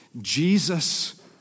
Jesus